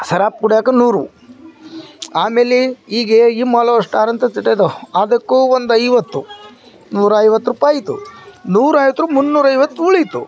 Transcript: ಶರಾಬ್ ಕುಡಿಯೋಕೆ ನೂರು ಆಮೇಲೆ ಈಗ ವಿಮಾಲು ಸ್ಟಾರು ಅಂತ ತಿಟೇ ಅದಾವ್ ಅದಕ್ಕು ಒಂದು ಐವತ್ತು ನೂರಾ ಐವತ್ತು ರುಪಾಯ್ ಆಯಿತು ನೂರಾ ಐವತ್ತು ಮೂನ್ನೂರೈವತ್ತು ಉಳೀತು